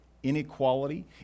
inequality